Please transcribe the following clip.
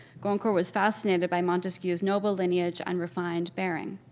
goncourt was fascinated by montesquiou's noble lineage and refined bearing,